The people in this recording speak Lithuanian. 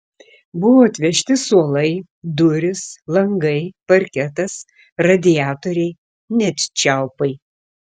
buvo atvežti suolai durys langai parketas radiatoriai net čiaupai